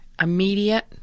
immediate